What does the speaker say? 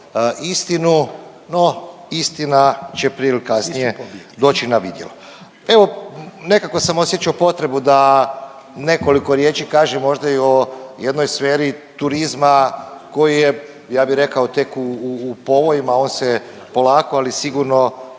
istinu no istina će prije ili kasnije, doći na vidjelo. Evo nekako sam osjećao potrebu da nekoliko riječi kažem, možda i o jednoj sferi turizma koji je ja bih rekao tek u povojima, on se polako ali sigurno